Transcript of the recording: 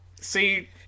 see